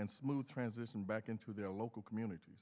and smooth transition back into their local communities